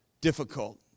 difficult